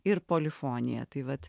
ir polifonija tai vat